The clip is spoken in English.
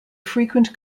frequent